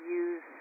use